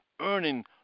earning –